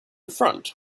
front